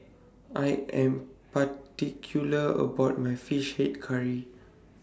I Am particular about My Fish Head Curry